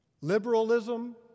Liberalism